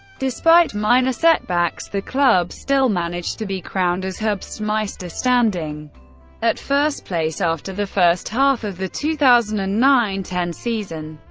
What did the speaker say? despite minor setbacks, the club still managed to be crowned as herbstmeister, standing at first place after the first half of the two thousand and nine ten season.